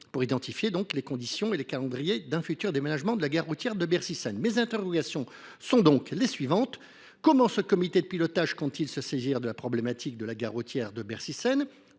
pour identifier les conditions et les calendriers d’un futur déménagement de la guerre routière de Bercy Seine. Mes interrogations sont les suivantes : comment ce comité de pilotage compte t il se saisir du dossier de la gare routière de Bercy Seine ?